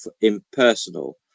impersonal